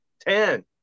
ten